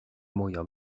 moja